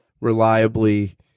reliably